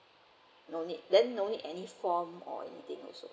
no need then no need any form or anything also